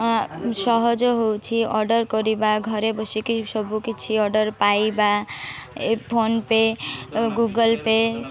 ସହଜ ହଉଛି ଅର୍ଡ଼ର୍ କରିବା ଘରେ ବସିକି ସବୁ କିଛି ଅର୍ଡ଼ର୍ ପାଇବା ଏ ଫୋନ୍ ପେ ଗୁଗୁଲ୍ ପେ